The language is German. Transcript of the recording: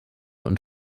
und